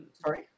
Sorry